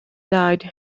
died